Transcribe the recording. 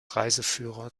reiseführer